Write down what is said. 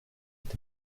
est